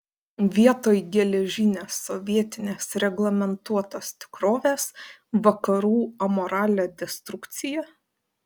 vietoj geležinės sovietinės reglamentuotos tikrovės vakarų amoralią destrukciją